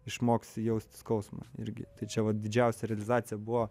išmoksi jausti skausmą irgi tai čia vat didžiausia realizacija buvo